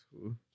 cool